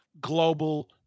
global